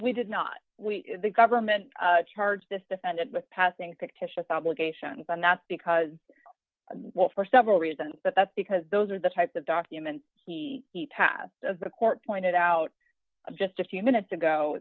we did not we the government charged this defendant with passing fictitious obligations and that's because well for several reasons but that's because those are the types of documents he keep tabs of the court pointed out just a few minutes ago